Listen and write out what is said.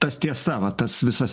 tas tiesa va tas visas